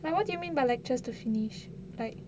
but what do you mean by lectures to finish like